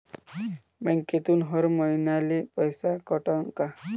बँकेतून हर महिन्याले पैसा कटन का?